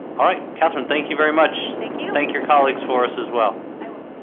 all right, catherine. thank you very much. thank you. thank your colleagues for us as well